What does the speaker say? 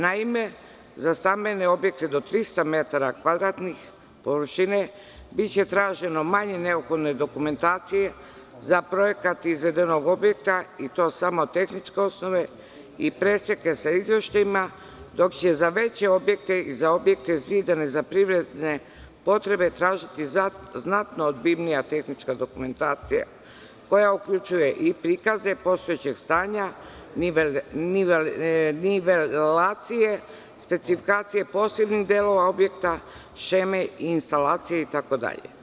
Naime, za stambene objekte do 300 metara kvadratnih površine biće traženo manje neophodne dokumentacije za projekat izvedenog objekta i to samo tehničke osnove i preseke sa izveštajima, dok će se za veće objekte i za objekte zidane za privredne potrebe tražiti znatno obimnija tehnička dokumentacija, koja uključuje i prikaze postojećeg stanja, nivelacije, specifikacije posebnih delova objekta, šeme, instalacije itd.